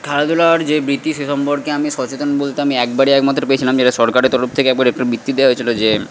খেলাধূলার যে বৃত্তি সে সম্পর্কে আমি সচেতন বলতে আমি একবারই একমাত্র পেয়েছিলাম যেটা সরকারের তরফ থেকে একবার একটা বৃত্তি দেওয়া হয়েছিল যে